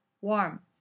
warm